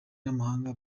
n’amahanga